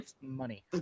money